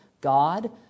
God